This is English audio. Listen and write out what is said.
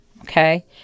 okay